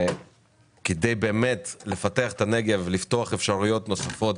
כדי באמת לפתח את הנגב, לפתוח אפשרויות נוספות,